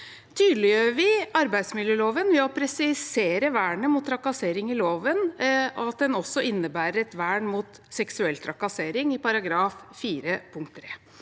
arbeidsmiljøloven ved å presisere vernet mot trakassering i loven og at den også innebærer et vern mot seksuell trakassering i § 4-3.